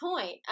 point